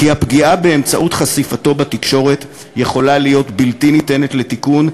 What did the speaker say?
כי הפגיעה באמצעות חשיפתו בתקשורת יכולה להיות בלתי ניתנת לטיפול,